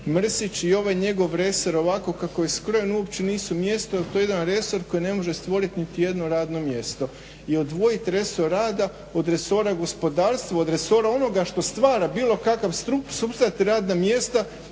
Mrsić i ovaj njegov resor ovako kako je skroje uopće nisu mjesto jer to je jedan resor koji ne može stvoriti niti jedno radno mjesto i odvojiti resor rada od resora gospodarstva od resora onoga što stvara bilo kakav supstrat i radna mjesta.